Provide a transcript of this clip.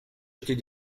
acheter